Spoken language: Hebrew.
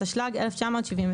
התשל"ג-1973,